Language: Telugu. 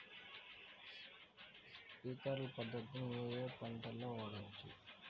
స్ప్రింక్లర్ పద్ధతిని ఏ ఏ పంటలకు వాడవచ్చు?